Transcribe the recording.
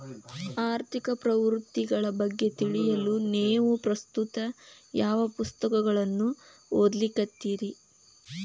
ಆರ್ಥಿಕ ಪ್ರವೃತ್ತಿಗಳ ಬಗ್ಗೆ ತಿಳಿಯಲು ನೇವು ಪ್ರಸ್ತುತ ಯಾವ ಪುಸ್ತಕಗಳನ್ನ ಓದ್ಲಿಕತ್ತಿರಿ?